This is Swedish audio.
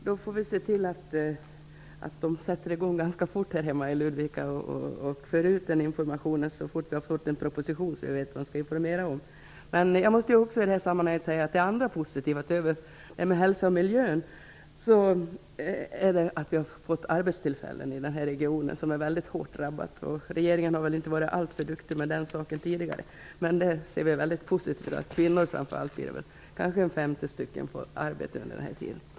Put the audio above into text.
Fru talman! Vi får se till att skattemyndigheten hemma i Ludvika sätter i gång att snabbt föra ut information så fort vi har fått en proposition så att man vet vad man skall informera om. Jag måste också i det här sammanhanget säga att det som är positivt, utöver hälsa och miljö, är att vi har fått arbetstillfällen i den här regionen som är hårt drabbad. Regeringen har inte varit alltför duktig med den saken tidigare. Vi ser mycket positivt på att framför allt kvinnor, kanske 50 stycken, får arbete under den här tiden.